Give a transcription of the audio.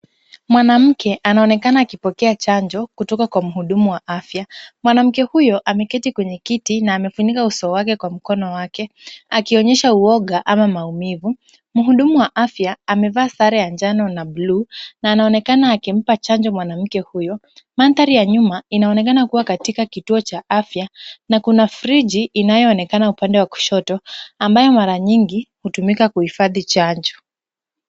Mwanamke anaonekana akipokea chanjo kutoka kwa mhudumu wa afya. Mwanamke huyo ameketi kwenye kiti na amefunika uso wake kwa mkono wake akionyesha uoga ama maumivu. Mhudumu wa afya amevaa sare ya njano na bluu na anaonekana akimpa chanjo mwanamke huyo. Mandhari ya nyuma inaonekana kuwa katika kituo cha afya na kuna friji inayoonekana upande wa kushoto, ambayo mara nyingi hutumika kuhifadhi chanjo.